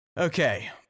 Okay